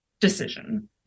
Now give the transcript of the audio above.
decision